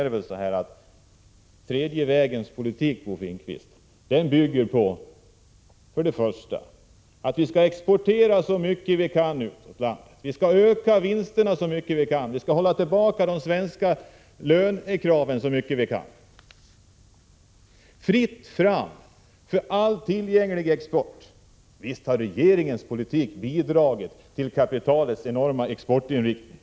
Den tredje vägens politik, Bo Finnkvist, bygger på att exporten skall öka så mycket som möjligt, att vinsterna skall öka så mycket som möjligt och att de svenska lönekraven skall hållas tillbaka så mycket som möjligt. Det är fritt fram för all tillgänglig export. Visst har regeringens politik bidragit till kapitalets enorma exportinriktning!